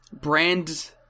brand